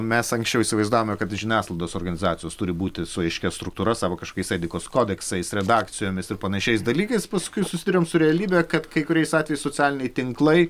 mes anksčiau įsivaizdavome kad žiniasklaidos organizacijos turi būti su aiškia struktūra savo kažkokiais etikos kodeksais redakcijomis ir panašiais dalykais paskui susiduriam su realybe kad kai kuriais atvejais socialiniai tinklai